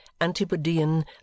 Antipodean